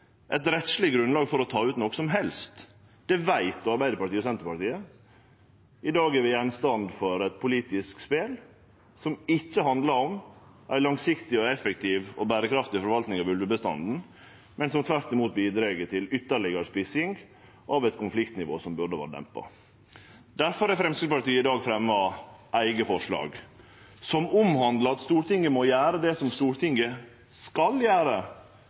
eit rettsleg grunnlag for å ta ut noko som helst. Det veit både Arbeidarpartiet og Senterpartiet. I dag er vi gjenstand for eit politisk spel som ikkje handlar om ei langsiktig, effektiv og berekraftig forvaltning av ulvebestanden, men som tvert imot bidreg til ytterlegare spissing av eit konfliktnivå som burde ha vore dempa. Difor har Framstegspartiet i dag sett fram eit representantforslag som handlar om at Stortinget må gjere det som Stortinget skal gjere